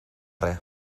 res